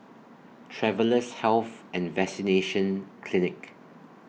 Travellers' Health and Vaccination Clinic